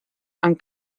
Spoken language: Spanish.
han